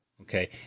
Okay